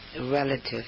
relatives